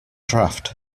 draft